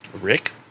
Rick